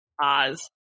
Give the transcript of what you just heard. Oz